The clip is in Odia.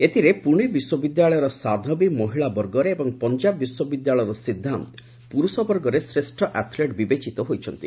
ଏଥିରେ ପୁଣେ ବିଶ୍ୱବିଦ୍ୟାଳୟର ସୁଇମର ସାଧବୀ ମହିଳା ବର୍ଗରେ ଏବଂ ପଞାବ ବିଶ୍ୱବିଦ୍ୟାଳୟର ସିଦ୍ଧାନ୍ତ ପୁରୁଷ ବର୍ଗରେ ଶ୍ରେଷ ଆଥଲେଟ ବିବେଚିତ ହୋଇଛନ୍ତି